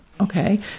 Okay